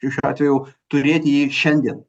šiuo atveju turėti jį šiandien